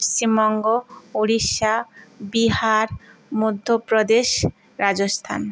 Paschimbanga Orissa Bihar Madhya Pradesh Rajasthan